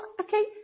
okay